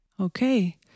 Okay